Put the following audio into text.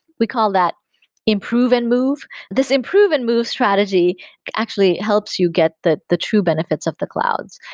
we call that improve and move. this improve and move strategy actually helps you get the the true benefits of the clouds.